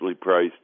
priced